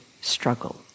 struggle